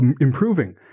improving